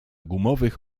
gumowych